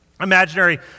imaginary